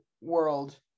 world